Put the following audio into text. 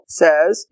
says